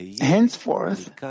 henceforth